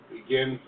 Begin